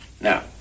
Now